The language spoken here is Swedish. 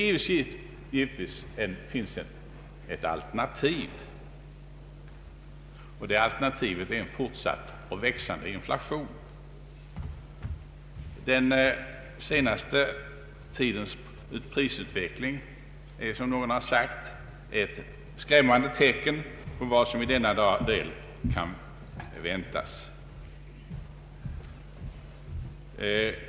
Men givetvis finns ett alternativ, och det är en fortsatt och växande inflation — ett i sanning dystert alternativ. Den senaste tidens prisutveckling är, som någon har sagt, ett skrämmande tecken på vad som i denna del kan väntas. Den kommer av allt att döma att accelerera.